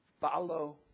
follow